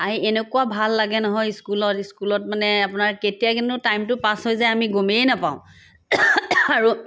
আহি এনেকুৱা ভাল লাগে নহয় স্কুলত স্কুলত মানে আপোনাৰ কেতিয়াকেনো টাইমটো পাছ হৈ যায় আমি গমেই নাপাওঁ আৰু